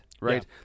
right